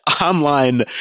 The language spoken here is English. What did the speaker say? online